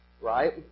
right